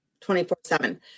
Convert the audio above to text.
24-7